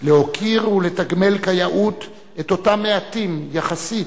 להוקיר ולתגמל כיאות את אותם מעטים, יחסית,